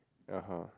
(uh huh)